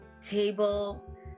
table